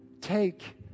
Take